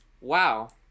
Wow